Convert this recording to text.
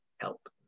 help